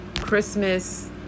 Christmas